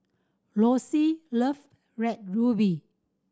Lossie love Red Ruby